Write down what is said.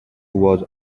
was